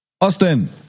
Austin